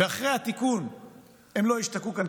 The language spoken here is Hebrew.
ואחרי התיקון הם לא השתקעו כאן,